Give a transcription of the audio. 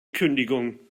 kündigung